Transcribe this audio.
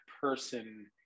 person